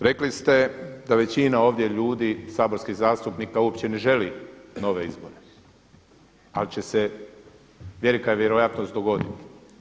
Rekli ste da većina ovdje ljudi saborskih zastupnika uopće ne želi nove izbore, ali će se velika je vjerojatnost dogoditi.